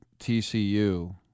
TCU